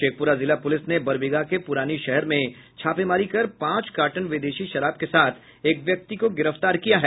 शेखपुरा जिला पुलिस ने बरबीघा के पुरानी शहर में छापेमारी कर पांच कार्टन विदेशी शराब के साथ एक व्यक्ति को गिरफ्तार किया है